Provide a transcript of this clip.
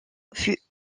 fut